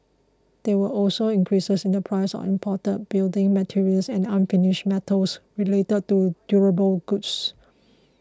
there were also increases in the prices of imported building materials and unfinished metals related to durable goods